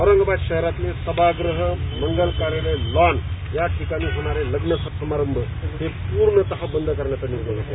औरंगाबाद शहरातले सभागृह मंगल कार्यालये लॉन या ठिकाणी होणारे लग्न समारंभ हे पूर्णतः बंद करण्यात आलेले आहेत